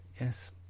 Yes